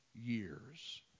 years